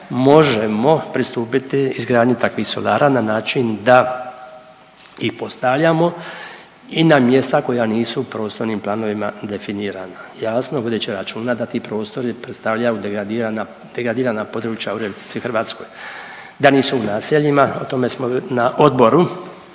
možemo pristupiti izgradnji takvih solara na način da ih postavljamo i na mjesta koja nisu u prostornim planovima i definirana, jasno vodeći računa da ti prostori predstavljaju degradirana, degradirana područja u RH, da nisu u naseljima. O tome smo na Odboru